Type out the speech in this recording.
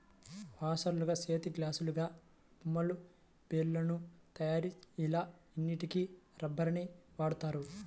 వాషర్లుగా, చేతిగ్లాసులాగా, బొమ్మలు, బెలూన్ల తయారీ ఇలా అన్నిటికి రబ్బరుని వాడుతారు